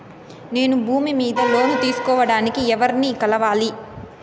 నేను భూమి మీద లోను తీసుకోడానికి ఎవర్ని కలవాలి?